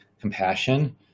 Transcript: compassion